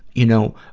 you know,